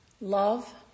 love